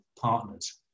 partners